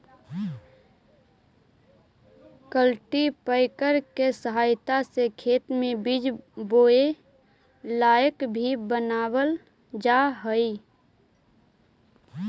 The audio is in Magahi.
कल्टीपैकर के सहायता से खेत के बीज बोए लायक भी बनावल जा हई